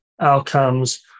outcomes